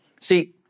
See